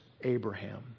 abraham